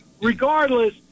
regardless